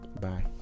Bye